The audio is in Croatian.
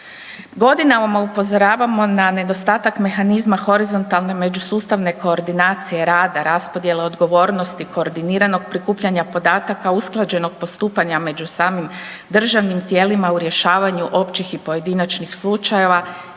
Godinama upozoravamo na nedostatak mehanizma horizontalne međusustavne koordinacije rada, raspodjele odgovornosti koordiniranog prikupljanja podataka usklađenog postupanja među samim državnim tijelima u rješavanju općih i pojedinačnih slučajeva.